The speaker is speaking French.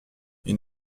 ils